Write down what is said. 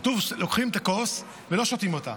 כתוב: לוקחים את הכוס, ולא שותים אותה,